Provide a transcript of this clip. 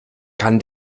kann